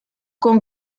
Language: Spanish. con